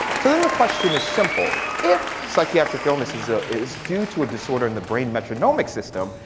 so then the question is simple. if psychiatric illness is ah is due to a disorder in the brain metronomic system,